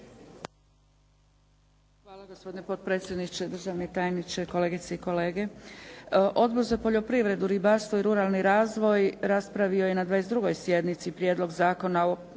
Hvala. Gospodine potpredsjedniče, državni tajniče, kolegice i kolege. Odbor za poljoprivredu, ribarstvo i ruralni razvoj raspravio je na 22. sjednici Prijedlog zakona o